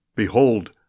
Behold